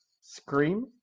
Scream